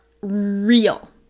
real